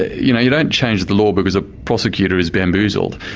you know you don't change the law because a prosecutor is bamboozled.